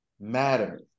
matter